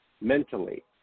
Mentally